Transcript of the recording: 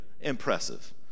Impressive